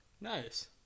Nice